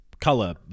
color